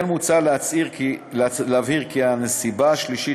כן מוצע להבהיר כי הנסיבה השלישית,